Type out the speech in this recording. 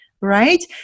Right